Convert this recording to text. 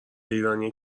ایرانی